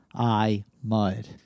iMud